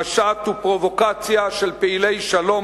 המשט הוא פרובוקציה של "פעילי שלום"